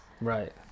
Right